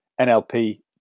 NLP